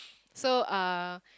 so uh